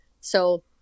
So-